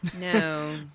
No